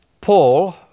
Paul